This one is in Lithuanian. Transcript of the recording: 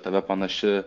tave panaši